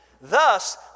thus